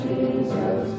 Jesus